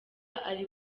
ari